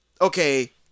okay